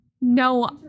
No